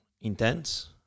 intense